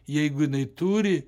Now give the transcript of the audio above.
jeigu jinai turi